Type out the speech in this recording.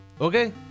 Okay